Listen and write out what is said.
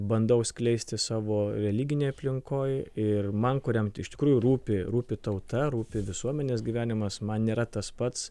bandau skleisti savo religinėj aplinkoj ir man kuriam iš tikrųjų rūpi rūpi tauta rūpi visuomenės gyvenimas man nėra tas pats